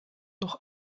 noch